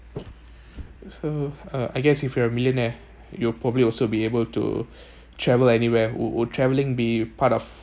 so uh I guess if you're a millionaire you'll probably also be able to travel anywhere would would traveling be part of